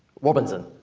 robinson.